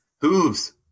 Hooves